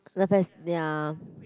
the first ya